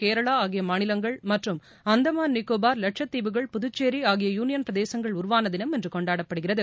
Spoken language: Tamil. கேரளா ஆகிய மாநிலங்கள் மற்றும் அந்தமான் நிக்கோபார் லட்சத்தீவுகள் புதுச்சேரி ஆகிய யூளியன் பிரதேசங்கள் உருவான தினம் இன்று கொண்டாடப்படுகிறது